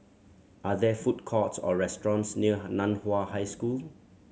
are there food courts or restaurants near Nan Hua High School